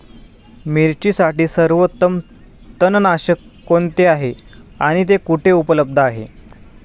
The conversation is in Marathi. मिरचीसाठी सर्वोत्तम तणनाशक कोणते आहे आणि ते कुठे उपलब्ध आहे?